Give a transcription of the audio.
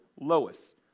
Lois